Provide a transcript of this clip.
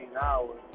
hours